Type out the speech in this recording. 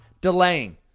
delaying